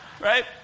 Right